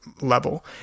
level